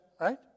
right